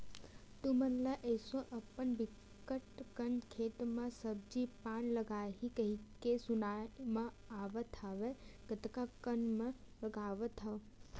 तुमन ल एसो अपन बिकट कन खेत म सब्जी पान लगाही कहिके सुनाई म आवत हवय कतका कन म लगावत हव?